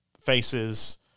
faces